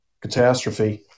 catastrophe